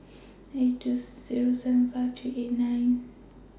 eight two Zero seven five three eight nine